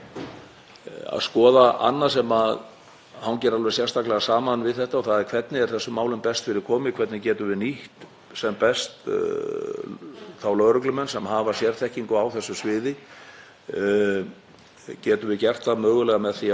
þá lögreglumenn sem hafa sérþekkingu á þessu sviði? Getum við gert það mögulega með því að sameina yfirsýn yfir rannsókn þessara mála á einn stað, þó að rannsóknarlögreglumenn geti verið staðsettir hjá mismunandi embættum þá sé yfirsýnin á einum stað?